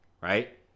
right